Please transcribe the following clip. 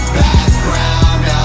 background